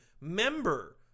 member